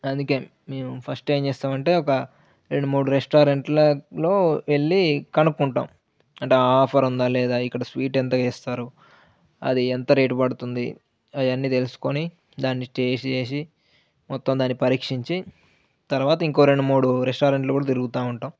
అందుకే మేము ఫస్ట్ ఏం చేస్తామంటే ఒక రెండు మూడు రెస్టారెంట్లలో వెళ్ళి కనుక్కుంటాం అంటే ఆఫర్ ఉందా లేదా ఇక్కడ స్వీట్ ఎంత చేస్తారు అది ఎంత రేటు పడుతుంది అవన్నీ తెలుసుకొని దాన్ని టేస్ట్ చేసి మొత్తం దాన్ని పరీక్షించి తర్వాత ఇంకో రెండు మూడు రెస్టారెంట్లు కూడా తిరుగుతూ ఉంటాం